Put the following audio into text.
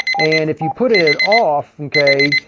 and if you put it off, okay,